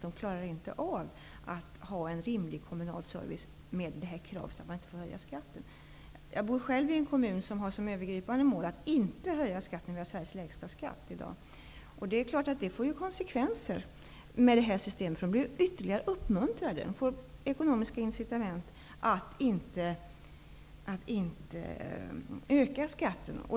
De klarar inte av att ha en rimlig kommunal service på grund av kravet att man inte får höja skatten. Jag bor själv i en kommun som har som övergripande mål att inte höja skatten. Vi har Sveriges lägsta skatt i dag. Det är klart att det får konsekvenser med det här systemet. De blir ytterligare uppmuntrade, de får ekonomiska incitament att inte öka skatten.